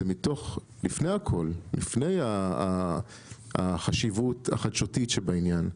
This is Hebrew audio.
לפני הכול, לפני החשיבות החדשותית שבעניין,